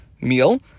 meal